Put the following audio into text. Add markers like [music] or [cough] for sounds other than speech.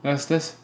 [breath]